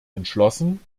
entschlossen